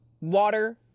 water